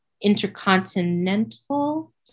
Intercontinental